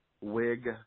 wig